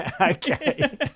Okay